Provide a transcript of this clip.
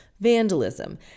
vandalism